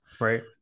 Right